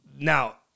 now